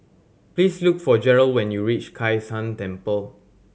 please look for Jerel when you reach Kai San Temple